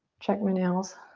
check my nails,